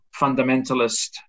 fundamentalist